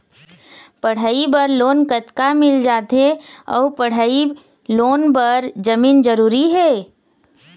पढ़ई बर लोन कतका मिल जाथे अऊ पढ़ई लोन बर जमीन जरूरी हे?